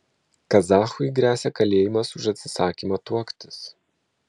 kazachui gresia kalėjimas už atsisakymą tuoktis